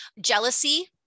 Jealousy